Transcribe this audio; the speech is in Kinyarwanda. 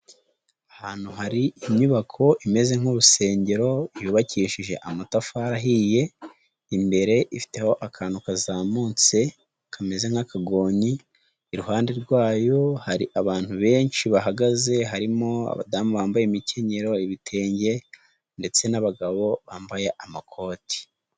Ahantu hari inyubako imeze nk'urusengero yubakishije amatafari ahiye; imbere ifiteho akantu kazamutse kameze nk'akagonyi; iruhande rwayo hari abantu benshi bahagaze harimo abadamu bambaye imikenyero ibitenge ndetse n'abagabo bambaye amakoti.